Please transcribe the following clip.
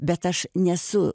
bet aš nesu